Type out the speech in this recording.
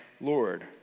Lord